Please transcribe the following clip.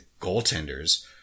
goaltenders